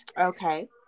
Okay